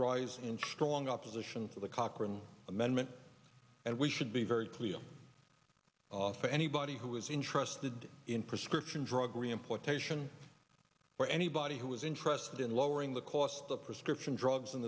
rise in strong opposition to the cochran amendment and we should be very clear off anybody who is interested in prescription drug reimportation for anybody who is interested in lowering the cost of prescription drugs in